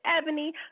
Ebony